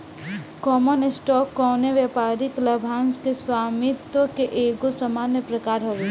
common stock कवनो व्यापारिक लाभांश के स्वामित्व के एगो सामान्य प्रकार हवे